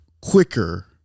quicker